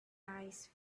eyes